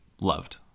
loved